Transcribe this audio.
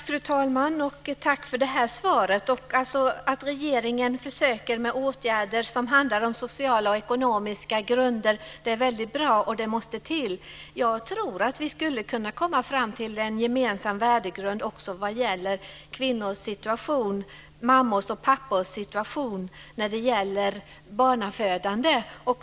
Fru talman! Jag tackar för det svaret. Det är väldigt bra och det måste till att regeringen försöker med åtgärder som handlar om sociala och ekonomiska grunder. Jag tror att vi skulle kunna komma fram till en gemensam värdegrund också om kvinnors situation och mammors och pappors situation vad gäller barnafödande.